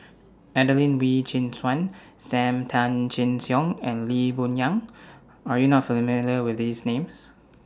Adelene Wee Chin Suan SAM Tan Chin Siong and Lee Boon Yang Are YOU not familiar with These Names